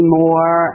more